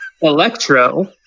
Electro